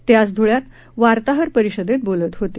ते आज धुळ्यात वार्ताहर परिषदेत बोलत होते